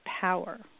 power